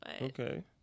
Okay